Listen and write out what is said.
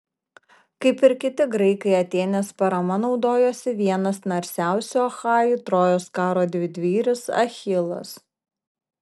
kaip ir kiti graikai atėnės parama naudojosi vienas narsiausių achajų trojos karo didvyris achilas